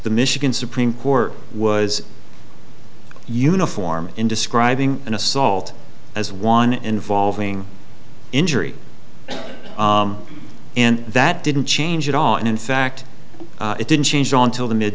the michigan supreme court was uniform in describing an assault as one involving injury and that didn't change at all and in fact it didn't change on til the mid